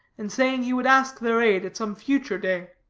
and saying he would ask their aid at some future day.